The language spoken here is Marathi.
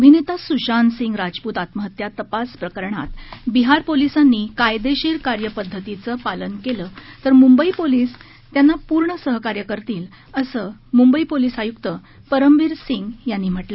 अभिनेता सुशांत सिंग राजपूत आत्महत्या तपास प्रकरणात बिहार पोलिसांनी कायदेशीर कार्यपद्धतीचं पालन केल्यास मुंबई पोलीस त्यांना पूर्ण सहकार्य करतील असं मुंबई पोलीस आयुक्त परमबीर सिंग यांनी सांगितलं